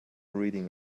reading